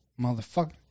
Motherfucker